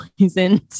poisoned